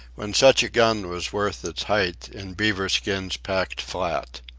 when such a gun was worth its height in beaver skins packed flat,